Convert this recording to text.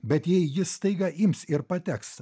bet jei jis staiga ims ir pateks